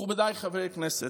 מכובדיי חברי הכנסת,